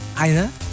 Aina